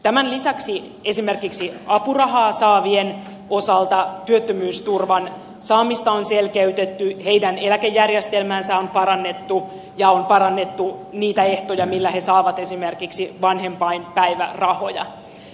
tämän lisäksi esimerkiksi apurahaa saavien osalta työttömyysturvan saamista on selkeytetty heidän eläkejärjestelmäänsä on parannettu ja on parannettu niitä ehtoja millä he saavat esimerkiksi vanhempainpäivärahoja